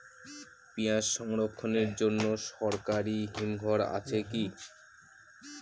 পিয়াজ সংরক্ষণের জন্য সরকারি হিমঘর আছে কি?